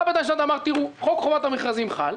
בא בית המשפט ואמר: תראו, חוק חובת המכרזים חל,